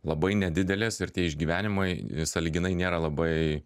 labai nedidelės ir tie išgyvenimai sąlyginai nėra labai